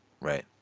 Right